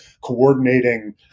coordinating